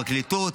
הפרקליטות,